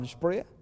prayer